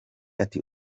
ati